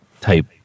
type